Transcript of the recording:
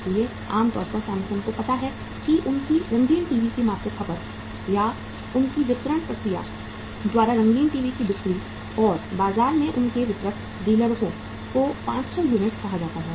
इसलिए आम तौर पर सैमसंग को पता है कि उनकी रंगीन टीवी की मासिक खपत या उनकी वितरण प्रक्रिया द्वारा रंगीन टीवी की बिक्री या बाजार में उनके वितरक डीलरों को 500 यूनिट कहा जाता है